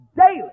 Daily